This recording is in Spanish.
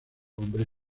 hombre